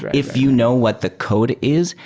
if you know what the code is,